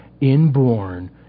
inborn